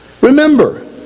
Remember